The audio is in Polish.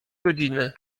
godziny